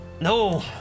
No